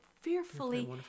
fearfully